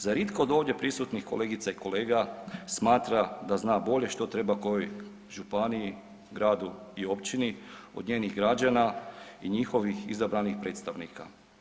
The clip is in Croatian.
Zar itko od ovdje prisutnih kolegica i kolega smatra da zna bolje što treba kojoj županiji, gradu i općini od njenih građana i njihovih izabranih predstavnika?